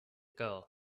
girl